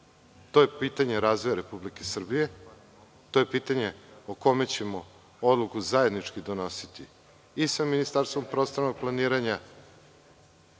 To je pitanje razvoja Republike Srbije. To je pitanje o kome ćemo odluku zajedno donositi i sa Ministarstvom prostornog planiranja